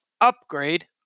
upgrade